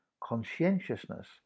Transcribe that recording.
Conscientiousness